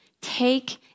Take